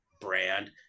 brand